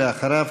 ואחריו,